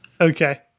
Okay